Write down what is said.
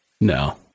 no